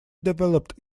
developed